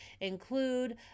include